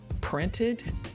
printed